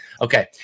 okay